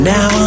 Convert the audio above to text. Now